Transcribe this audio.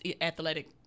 athletic